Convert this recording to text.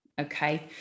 okay